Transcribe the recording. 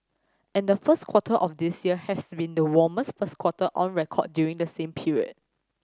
and the first quarter of this year has been the warmest first quarter on record during the same period